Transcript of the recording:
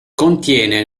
contiene